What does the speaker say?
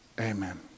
Amen